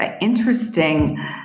interesting